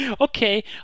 okay